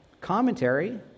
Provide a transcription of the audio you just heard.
commentary